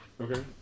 Okay